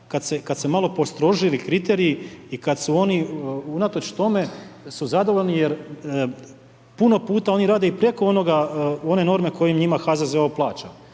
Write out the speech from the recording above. su se malo postrožili kriteriji i kada su oni unatoč tome su zadovoljni, jer puno puta oni rade i preko onoga one norme koje njima HZZO plaća.